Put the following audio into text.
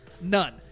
None